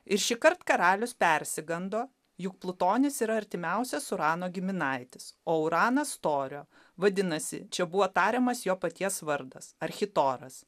ir šįkart karalius persigando juk plutonis yra artimiausias urano giminaitis o uranas torio vadinasi čia buvo tariamas jo paties vardas architoras